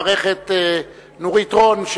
אני רוצה לברך את נורית רון,